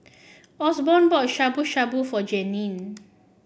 Osborne bought Shabu Shabu for Jeannine